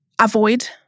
Avoid